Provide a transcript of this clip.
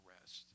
rest